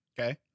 okay